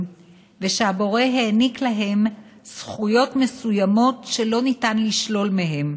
ושהבורא העניק להם זכויות מסוימות שלא ניתן לשלול מהם,